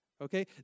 Okay